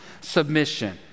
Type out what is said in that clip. submission